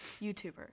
youtuber